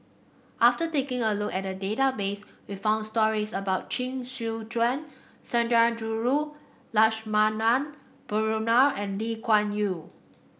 after taking a look at the database we found stories about Chee Soon Juan Sundarajulu Lakshmana Perumal and Lee Kuan Yew